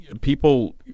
people